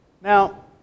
Now